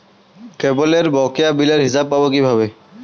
কেবলের বকেয়া বিলের হিসাব পাব কিভাবে?